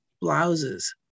blouses